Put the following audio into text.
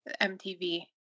MTV